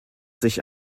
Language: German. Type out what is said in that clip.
sich